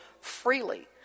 freely